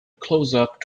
closeup